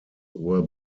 were